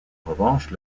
revanche